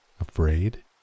afraid